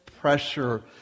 pressure